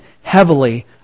heavily